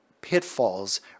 pitfalls